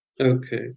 Okay